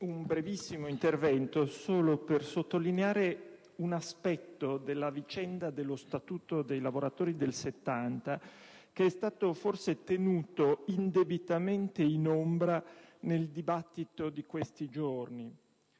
intervento è dedicato soltanto a sottolineare un aspetto della vicenda dello Statuto dei lavoratori del 1970 che è stato forse tenuto indebitamente in ombra nel dibattito di questi giorni.